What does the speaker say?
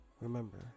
remember